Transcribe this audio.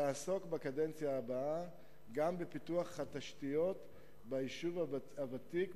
תעסוק בקדנציה הבאה גם בפיתוח התשתיות ביישוב הוותיק,